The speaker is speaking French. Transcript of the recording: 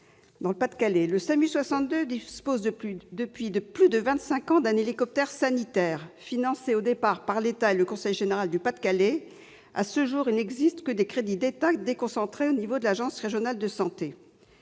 au sein du SAMU 62 : il dispose depuis plus de vingt-cinq ans d'un hélicoptère sanitaire, financé au départ par l'État et le conseil général du Pas-de-Calais. À ce jour, il n'existe plus que des crédits d'État déconcentrés à l'échelon de l'agence régionale de santé.